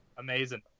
Amazing